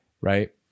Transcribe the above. right